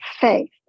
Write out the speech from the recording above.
faith